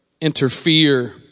interfere